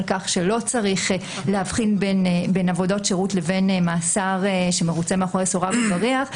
שלא צריך להבחין בין עבודות שירות לבין עבודה שמרוצה מאחורי סורג ובריח,